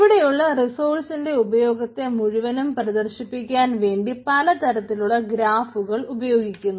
ഇവിടെയുള്ള റിസ്റ്റോഴ്സ്സിന്റെ ഉപയോഗിക്കുന്നു